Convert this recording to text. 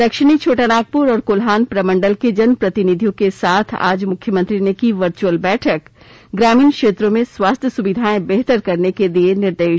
दक्षिणी छोटानागप्र और कोल्हान प्रमंडल के जनप्रतिनिधियों के साथ आज मुख्यमंत्री ने की वर्चअल बैठक ग्रामीण क्षेत्रों में स्वास्थ्य सुविधायें बेहतर करने के दिये निर्देश